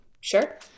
Sure